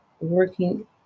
working